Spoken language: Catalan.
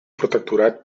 protectorat